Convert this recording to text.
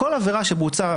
בכל עבירה שבוצעה,